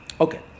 Okay